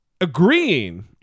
agreeing